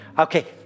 okay